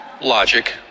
Logic